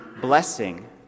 blessing